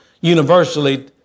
universally